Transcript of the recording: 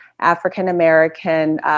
African-American